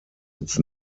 its